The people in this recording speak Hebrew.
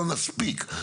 לא נספיק.